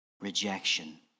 rejection